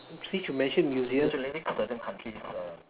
since you mention museums